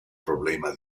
problema